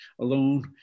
alone